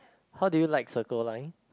how did you like Circle Line